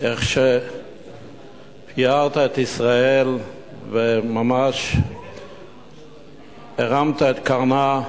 ראה איך שפיארת את ישראל וממש הרמת את קרנה.